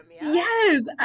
yes